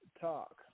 talk